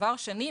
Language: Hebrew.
ודבר שני,